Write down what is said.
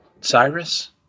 Cyrus